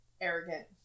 arrogant